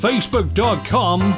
Facebook.com